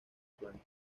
flancos